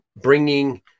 bringing